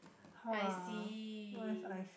I see